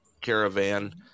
caravan